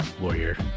warrior